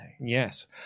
Yes